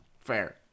fair